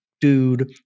dude